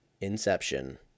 Inception